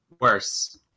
worse